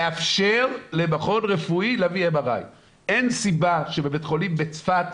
לאפשר למכון רפואי להביא MRI. אין סיבה שבבית חולים בצפת,